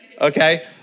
Okay